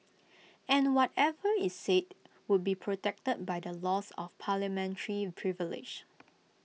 and whatever is said would be protected by the laws of parliamentary privilege